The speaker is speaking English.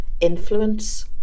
influence